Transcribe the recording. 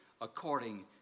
according